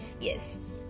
Yes